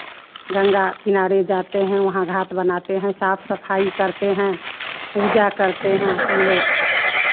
गंगा किनारे जाते हैं वहाँ घाट बनाते हैं साफ सफाई करते हैं पूजा करते हैं हम लोग